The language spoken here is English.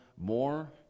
more